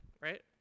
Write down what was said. right